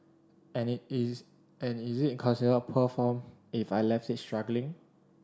and is and is it considered poor form if I left it struggling